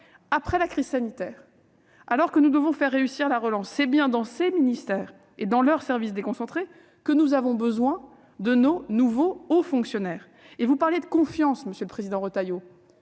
après la crise sanitaire, et alors que nous devons relever le défi de la relance, c'est bien dans ces ministères et dans leurs services déconcentrés que nous avons besoin de nos nouveaux hauts fonctionnaires. Vous parliez de confiance, monsieur Retailleau.